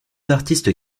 artistes